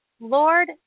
Lord